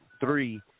three